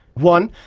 one,